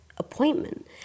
appointment